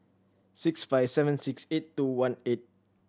six five seven six eight two one eight